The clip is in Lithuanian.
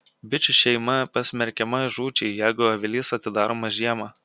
bičių šeima pasmerkiama žūčiai jeigu avilys atidaromas žiemą